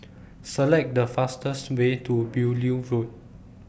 Select The fastest Way to Beaulieu Road